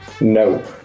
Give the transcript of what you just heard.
No